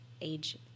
age